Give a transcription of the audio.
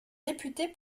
réputé